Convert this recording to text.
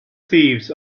thieves